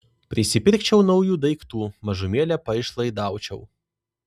prisipirkčiau naujų daiktų mažumėlę paišlaidaučiau